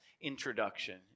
introduction